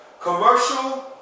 Commercial